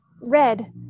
red